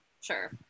Sure